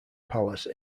palace